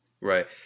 Right